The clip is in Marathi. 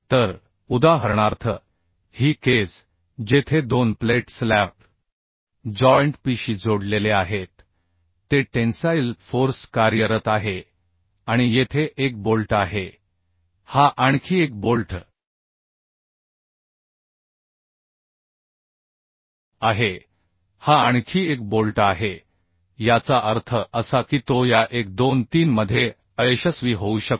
तर उदाहरणार्थ ही केस जेथे 2 प्लेट्स लॅप जॉइंट P शी जोडलेले आहेत ते टेन्साइल फोर्स कार्यरत आहे आणि येथे एक बोल्ट आहे हा आणखी एक बोल्ट आहे हा आणखी एक बोल्ट आहे याचा अर्थ असा की तो या 1 2 3 मध्ये अयशस्वी होऊ शकतो